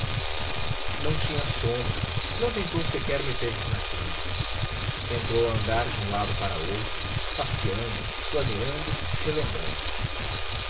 não tinha sono não tentou sequer meter-se na cama entrou a andar de um lado para outro passeando planeando relembrando